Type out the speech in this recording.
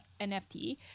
NFT